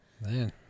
Man